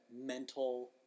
mental